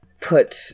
put